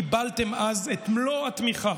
קיבלתם אז את מלוא התמיכה,